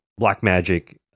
Blackmagic